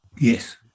yes